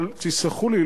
אבל תסלחו לי,